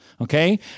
Okay